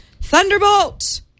Thunderbolt